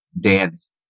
dance